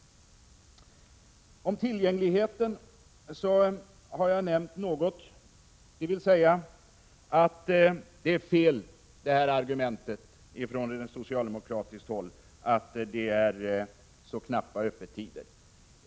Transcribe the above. Om tillgängligheten har jag nämnt att det är ett felaktigt argument från socialdemokratiskt håll att det är så knappa öppettider.